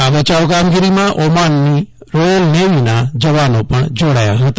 આ બચાવ કામગીરીમાં ઓમાનની રોયલ નેવીના જવાનો પણ જાડાયા હતા